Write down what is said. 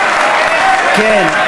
כן.